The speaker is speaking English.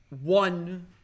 one